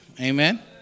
Amen